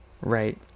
right